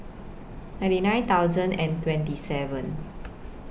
ninety nine thousand and twenty seven